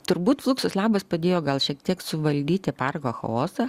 turbūt fluxus labas padėjo gal šiek tiek suvaldyti parko chaosą